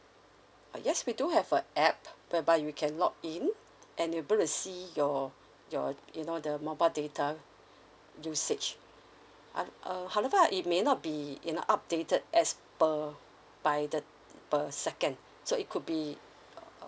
uh yes we do have a app whereby you can login and you'll able to see your your you know the mobile data usage uh err however it may not be you know updated as per by the per second so it could be